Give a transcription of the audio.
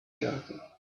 character